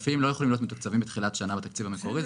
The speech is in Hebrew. עודפים לא יכולים להיות מתוקצבים בתחילת שנה בתקציב המקורי.